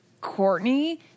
courtney